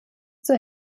zur